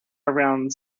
around